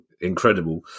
incredible